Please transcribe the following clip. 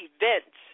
events